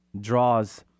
draws